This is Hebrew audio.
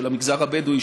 של המגזר הבדואי,